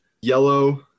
Yellow